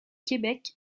québec